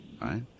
Right